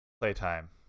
playtime